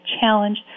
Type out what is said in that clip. challenge